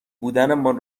بودنمان